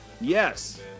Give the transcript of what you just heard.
yes